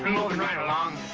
movin' right along,